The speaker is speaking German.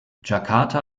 jakarta